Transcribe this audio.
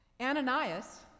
Ananias